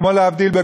כמו להבדיל,